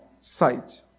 sight